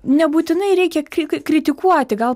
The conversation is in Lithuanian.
nebūtinai reikia kri kritikuoti gal